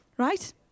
right